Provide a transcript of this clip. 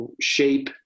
shape